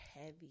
heavy